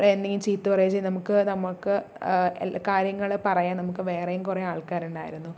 എന്തെങ്കിലും ചീത്ത പറയുകയോ ചെയ്താൽ നമുക്ക് നമുക്ക് കാര്യങ്ങൾ പറയാൻ നമുക്ക് വേറെയും കുറേ ആൾക്കാരുണ്ടായിരുന്നു